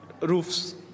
roofs